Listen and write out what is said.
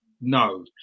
no